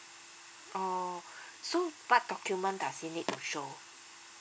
oh so what document does it need to show